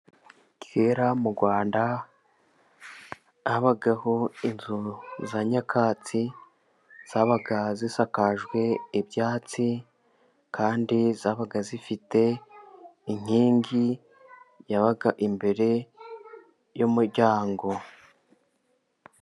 Kera mu Rwanda habagaho inzu za nyakatsi zabaga zisakajwe ibyatsi, kandi zabaga zifite inkingi yabaga imbere y'umuryango.